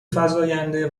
فزاینده